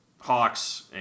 Hawks